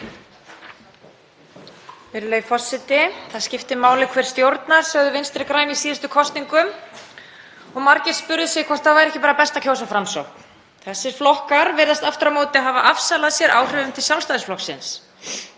Það skiptir máli hver stjórnar, sögðu Vinstri græn í síðustu kosningum og margir spurðu sig hvort það væri ekki bara best að kjósa Framsókn. Þessir flokkar virðast aftur á móti hafa afsalað sér áhrifum til Sjálfstæðisflokksins.